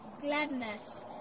gladness